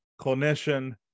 clinician